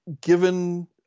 given